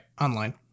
Online